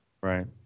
right